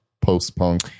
post-punk